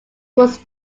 was